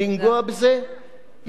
יש עיקר ויש טפל.